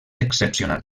excepcional